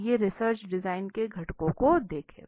आइए research design के घटकों को देखें